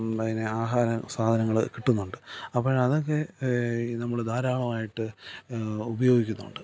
പിന്നെ ആഹാരം സാധനങ്ങൾ കിട്ടുന്നുണ്ട് അപ്പോൾ അതൊക്കെ നമ്മൾ ധാരാളമായിട്ട് ഉപയോഗിക്കുന്നുണ്ട്